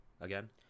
again